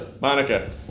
Monica